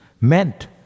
meant